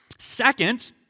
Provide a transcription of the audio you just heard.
Second